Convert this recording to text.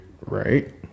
Right